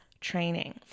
training